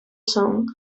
song